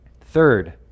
Third